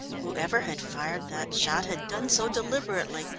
whoever had fired that shot had done so deliberately,